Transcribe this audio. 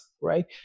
right